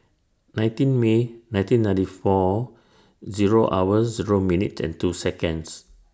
nineteen May nineteen ninety four Zero hour Zero minute and two Seconds